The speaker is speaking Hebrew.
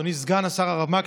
אדוני סגן השר הרב מקלב,